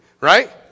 Right